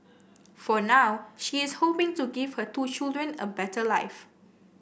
for now she is hoping to give her two children a better life